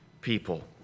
people